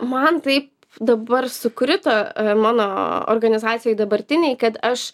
man tai dabar sukrito mano organizacijoj dabartinėj kad aš